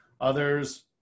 Others